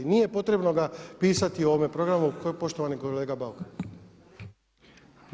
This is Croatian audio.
Nije potrebno ga pisati u ovome programu, poštovani kolega Bauk.